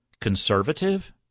conservative